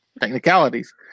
technicalities